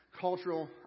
cultural